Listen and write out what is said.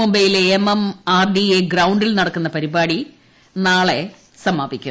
മുംബൈയിലെ M M R D A ഗ്രൌണ്ടിൽ നടക്കുന്ന പരിപാടി നാളെ സമാപിക്കും